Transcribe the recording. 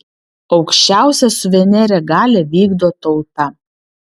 aukščiausią suverenią galią vykdo tauta